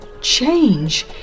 change